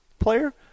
player